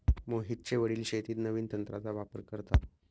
मोहितचे वडील शेतीत नवीन तंत्राचा वापर करतात